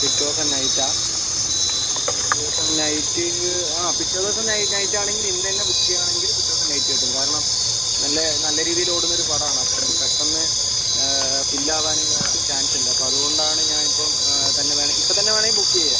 പിറ്റേ ദിവസം നൈറ്റോ ദിവസം നൈറ്റ് ആ പിറ്റേ ദിവസം നൈറ്റ് ആണെങ്കിൽ ഇന്നുതന്നെ ബുക്ക് ചെയ്യാണെങ്കിൽ പിറ്റേ ദിവസം നൈറ്റ് കിട്ടും കാരണം നല്ല നല്ല രീതിയിൽ ഓടുന്നൊരു പടം ആണ് അപ്പം പെട്ടെന്ന് ഫിൽ ആവാനും ചാൻസ് ഉണ്ട് അപ്പം അതുകൊണ്ട് ആണ് ഞാൻ ഇപ്പം തന്നെ വേണെ ഇപ്പം തന്നെ വേണമെങ്കിൽ ബുക്ക് ചെയ്യാം